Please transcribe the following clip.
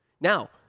Now